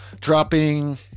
dropping